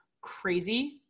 crazy